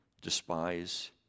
despise